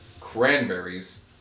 cranberries